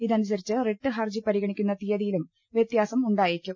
ഇതനുസരിച്ച് റിട്ട് ഹർജി പരിഗണിക്കുന്ന തിയ്യതിയിലും വ്യത്യാസം ഉണ്ടായേക്കും